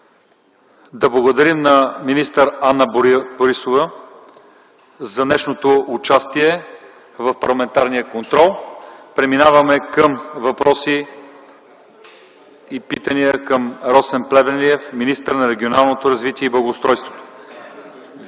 Да благодарим на министър Анна-Мария Борисова за днешното й участие в парламентарния контрол. Преминаваме към въпроси и питания към Росен Плевнелиев – министър на регионалното развитие и благоустройството.